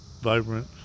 vibrant